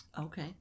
Okay